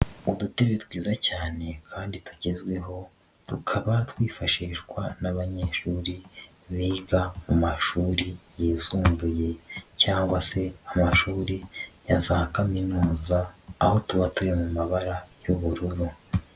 Udutebe twiza cyane kandi tugezweho, tukaba twifashishwa n'abanyeshuri biga mu mashuri yisumbuye cyangwa se amashuri ya za kaminuza, aho tuba turi mu mabara y'ubururu.